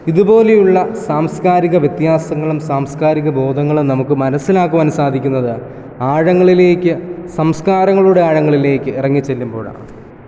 ഇതുപോലെയുള്ള സാംസ്കാരിക വ്യത്യാസങ്ങളും സാംസ്കാരിക ബോധങ്ങളും നമുക്ക് മനസ്സിലാക്കുവാൻ സാധിക്കുന്നത് ആഴങ്ങളിലേക്ക് സംസ്കാരങ്ങളുടെ ആഴങ്ങളിലേക്ക് ഇറങ്ങി ചെല്ലുമ്പോഴാണ്